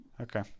Okay